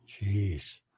Jeez